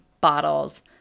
bottles